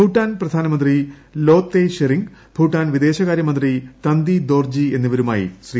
ഭൂട്ടാൻ പ്രധാനമന്ത്രി ലോതേയ് ഷെറിംഗ് ഭൂട്ടാൻ വിദേശകാര്യമന്ത്രി തന്തി ദോർജി എന്നിവരുമായി ശ്രീ